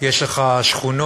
יש לך שכונות